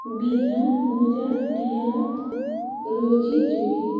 Veena Pooja Priya Ruchi Juhi